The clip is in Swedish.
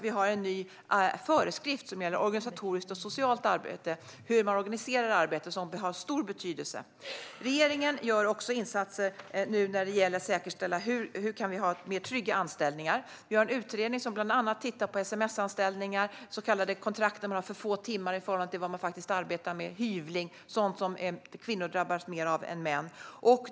Vi har en ny föreskrift som gäller organisatoriskt och socialt arbete, hur man organiserar arbete, som har stor betydelse. Regeringen gör också insatser när det gäller att säkerställa tryggare anställningar. Vi har en utredning som bland annat tittar på så kallade sms-anställningar, kontrakt där man har för få timmar i förhållande till vad man arbetar med, hyvling och sådant som kvinnor drabbas av mer än män.